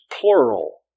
plural